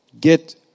get